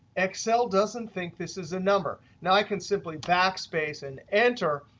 excel doesn't think this is a number. now, i can simply backspace and enter.